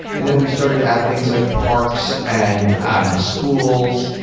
and then we started to add things like parks, and and schools,